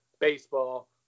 baseball